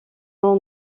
nom